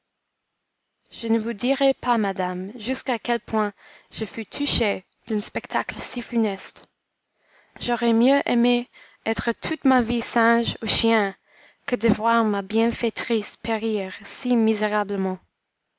je ne vous dirai pas madame jusqu'à quel point je fus touché d'un spectacle si funeste j'aurais mieux aimé être toute ma vie singe ou chien que de voir ma bienfaitrice périr si misérablement